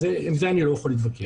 עם זה אני לא יכול להתווכח.